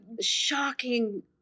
shocking